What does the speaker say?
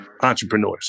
entrepreneurs